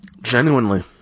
Genuinely